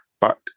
back